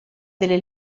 delle